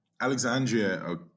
Alexandria